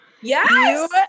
Yes